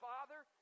Father